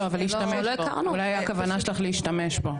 לא, אבל להשתמש בו.